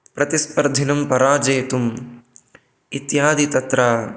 प्रतिस्पर्धिनं पराजयितुम् इत्यादि तत्र